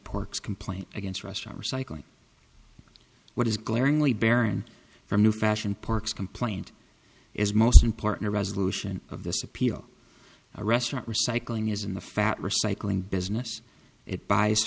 porks complaint against restaurant recycling what is glaringly barren from new fashion parks complaint is most important a resolution of this appeal or restaurant recycling is in the fat recycling business it buys